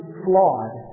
flawed